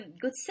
good